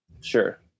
sure